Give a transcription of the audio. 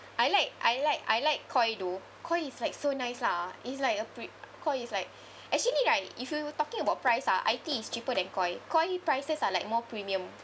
I like I like I like Koi though Koi is like so nice lah it's like a pre~ Koi is like actually right if we were talking about price ah iTea is cheaper than Koi Koi prices are like more premium